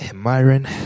Myron